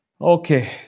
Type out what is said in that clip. Okay